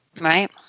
Right